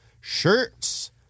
shirts